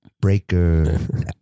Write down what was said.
breaker